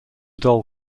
doll